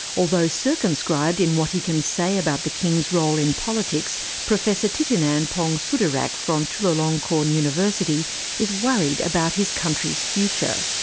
although circumscribed in what he can say about the king's role in politics, professor thitinan pongsudhirak from chulalongkorn university is worried about his country's future.